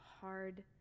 hard